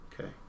Okay